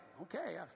okay